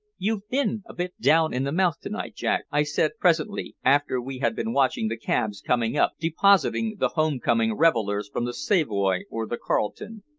you've been a bit down in the mouth to-night, jack, i said presently, after we had been watching the cabs coming up, depositing the home-coming revelers from the savoy or the carlton.